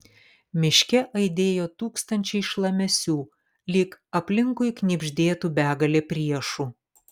miške aidėjo tūkstančiai šlamesių lyg aplinkui knibždėtų begalė priešų